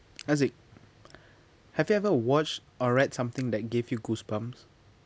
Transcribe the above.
haziq have you ever watched or read something that gave you goosebumps